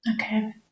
Okay